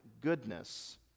goodness